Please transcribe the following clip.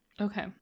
Okay